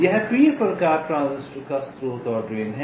यह P प्रकार transistor का स्रोत और ड्रेन है